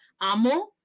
amo